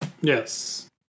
Yes